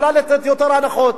יכולה לתת יותר הנחות,